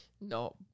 No